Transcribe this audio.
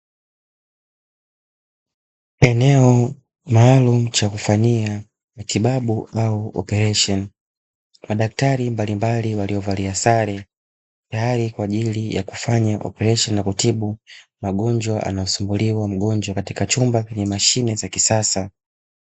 Eneo maalumu cha kufanyia matibabu au operesheni, madaktari mbalimbali waliovalia sare, tayari kwa ajili ya kufanya operesheni ya kutibu magonjwa, anaosumbuliwa mgonjwa, katika chumba chenye mashine za kisasa.